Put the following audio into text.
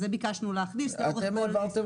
אז זה ביקשנו להכניס --- אתם העברתם